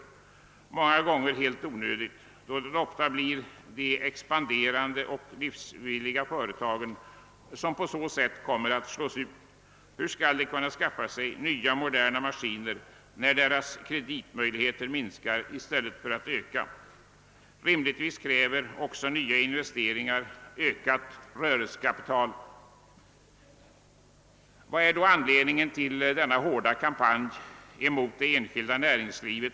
Dessa konsekvenser är många gånger helt onödiga, då det ofta blir de expanderande och riskvilliga företagen som på så sätt kommer att slås ut. Hur skall de kunna skaffa sig nya och moderna maskiner när deras kreditmöjligheter minskar i stället för att öka? Rimligtvis kräver också nya investeringar ökat rörelsekapital. Vad är då anledningen till denna hår da kampanj, som regeringen bedriver mot det enskilda näringslivet?